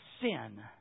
sin